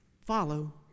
Follow